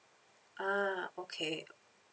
ah okay